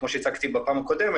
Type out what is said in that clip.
כמו שהצגתי בפעם הקודמת,